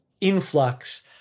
influx